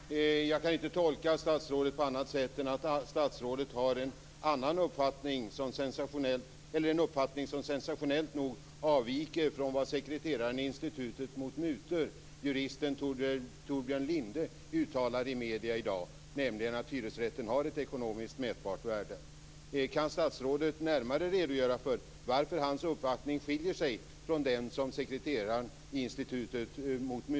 Fru talman! Jag kan inte tolka statsrådet på annat sätt än att han har en uppfattning som sensationellt nog avviker från vad sekreteraren i Institutet mot mutor, juristen Torbjörn Lindhe, uttalar i medierna i dag, nämligen att hyresrätten har ett ekonomiskt mätbart värde. Kan statsrådet närmare redogöra för varför hans uppfattning skiljer sig från den som sekreteraren i